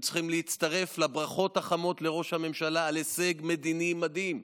הם היו צריכים להצטרף לברכות החמות לראש הממשלה על הישג מדיני מדהים.